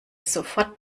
sofort